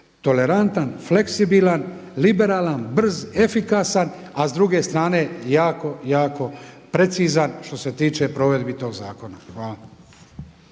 tolerantan, fleksibilan, liberalan, brz, efikasan, a s druge strane jako, jako precizan što se tiče provedbi tog zakona. Hvala.